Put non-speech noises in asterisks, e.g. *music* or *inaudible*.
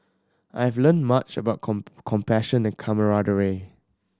I've learned much about *unintelligible* compassion and camaraderie